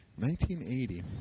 1980